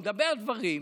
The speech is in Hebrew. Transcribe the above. הוא מדבר דברים,